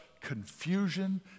confusion